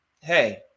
hey